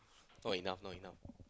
not enough not enough